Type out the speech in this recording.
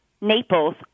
Naples